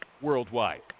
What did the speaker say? worldwide